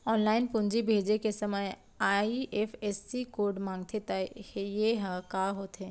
Online पूंजी भेजे के समय आई.एफ.एस.सी कोड माँगथे त ये ह का होथे?